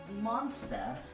monster